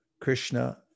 Krishna